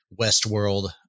Westworld